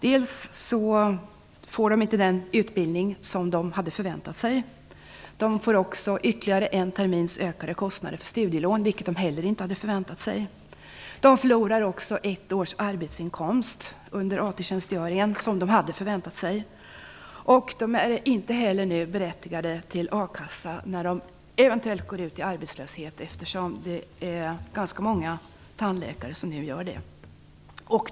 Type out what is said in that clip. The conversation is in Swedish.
Dels får de inte den utbildning som de hade förväntat, dels får de ytterligare en termins kostnader för studielån, vilket de inte heller hade väntat sig, dels förlorar de ett års arbetsinkomst, som de hade förväntat under AT-tjänstgöringen. De är nu inte heller berättigade till a-kassa när de eventuellt går ut i arbetslöshet - det är ganska många tandläkare som gör det nu.